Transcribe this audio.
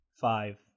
five